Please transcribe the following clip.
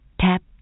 Tap